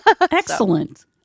Excellent